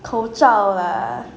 口罩 lah